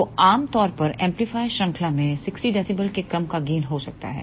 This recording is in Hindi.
तो आम तौर पर एम्पलीफायर श्रृंखला में 60 dB के क्रम का गेन हो सकता है